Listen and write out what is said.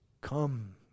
come